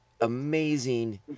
amazing